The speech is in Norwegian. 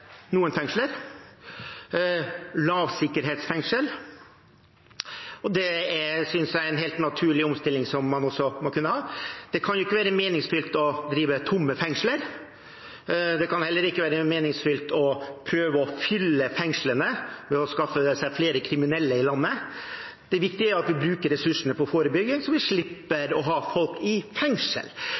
noen fengsler – lavsikkerhetsfengsler – og det synes jeg er en helt naturlig omstilling som man må kunne ha. Det kan ikke være meningsfullt å drive tomme fengsler. Det kan heller ikke være meningsfullt å prøve å fylle fengslene ved å skaffe seg flere kriminelle i landet. Det viktige er at vi bruker ressursene på forebygging, så vi slipper å ha folk i fengsel.